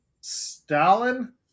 Stalin